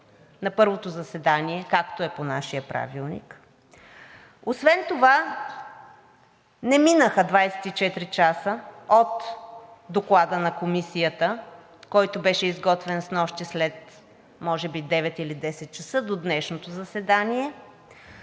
на първото заседание, както е по нашия Правилник. Освен това не минаха 24 часа от Доклада на Комисията, който беше изготвен снощи след може би 21,00 или 22,00 ч., до днешното заседание.